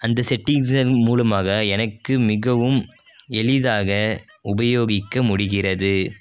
அந்த செட்டிங்ஸ் மூலமாக எனக்கு மிகவும் எளிதாக உபயோகிக்க முடிகிறது